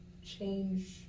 change